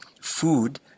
food